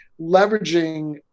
leveraging